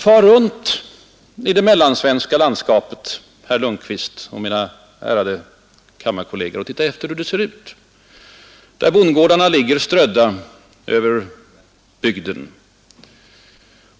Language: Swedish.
Far runt i det mellansvenska landskapet, herr Lundkvist och ärade kammarkolleger, och titta efter hur det ser ut där bondgårdarna ligger strödda över bygden.